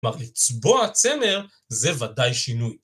כלומר, לצבוע צמר זה ודאי שינוי.